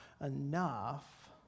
enough